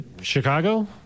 Chicago